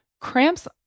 cramps